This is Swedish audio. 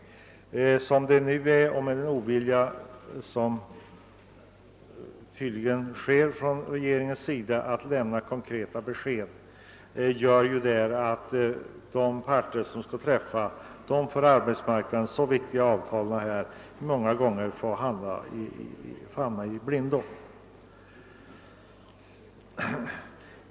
Som det nu är — då regeringen tydligen är ovillig att lämna konkreta besked — får de parter som skall sluta dessa för arbetsmarknaden så viktiga avtal många gånger famla i blindo.